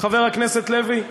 חבר הכנסת לוי?